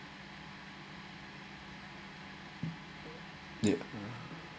ya